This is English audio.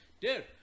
dude